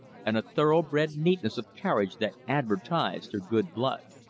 and a thorough-bred neatness of carriage that advertised her good blood.